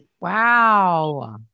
Wow